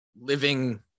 living